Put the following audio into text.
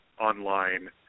online